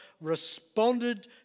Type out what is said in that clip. responded